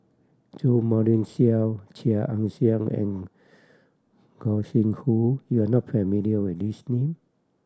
Jo Marion Seow Chia Ann Siang and Gog Sing Hooi you are not familiar with these name